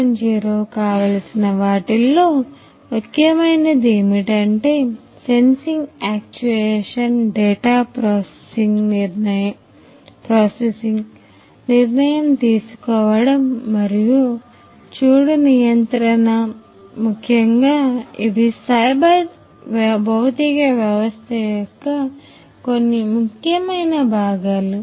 0 కావలసిన వాటిల్లో ముఖ్యమైనది ఏమిటంటే సెన్సింగ్ యాక్చుయేషన్ భౌతిక వ్యవస్థ యొక్క కొన్ని ముఖ్యమైన భాగాలు